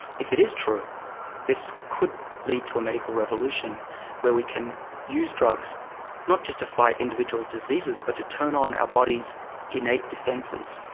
if it is true this could lead to a medical revolution where we can use drugs not just to fight individual diseases but to turn on our body's innate defences.